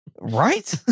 Right